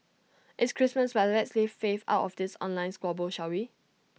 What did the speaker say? it's Christmas but let's leave faith out of this online squabble shall we